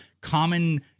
common